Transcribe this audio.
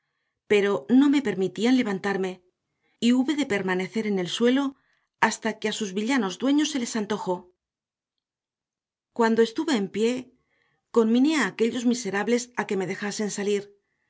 pero no me permitían levantarme y hube de permanecer en el suelo hasta que a sus villanos dueños se les antojó cuando estuve en pie conminé a aquellos miserables a que me dejasen salir